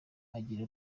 agira